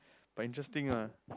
but interesting ah